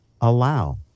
allow